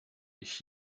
ich